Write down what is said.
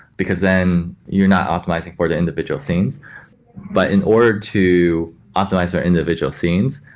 because then you're not optimizing for the individual scenes but in order to optimize for individual scenes,